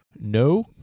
No